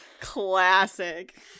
Classic